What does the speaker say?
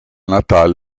natal